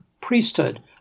priesthood